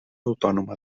autònoma